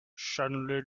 suddenly